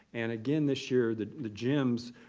and again, this year, the the gems,